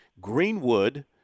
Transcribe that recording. Greenwood